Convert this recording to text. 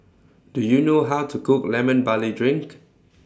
Do YOU know How to Cook Lemon Barley Drink